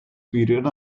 period